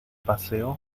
paseo